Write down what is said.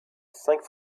cinq